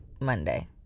Monday